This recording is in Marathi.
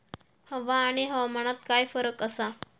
हवा आणि हवामानात काय फरक असा?